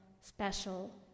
special